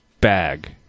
bag